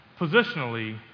Positionally